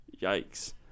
yikes